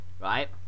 right